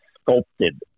sculpted